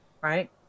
right